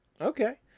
okay